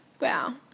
Wow